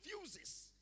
refuses